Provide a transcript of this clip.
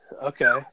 Okay